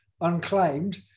unclaimed